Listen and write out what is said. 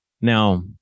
Now